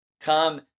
come